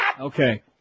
Okay